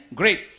great